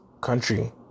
country